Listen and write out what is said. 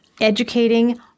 educating